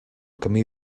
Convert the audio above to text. camí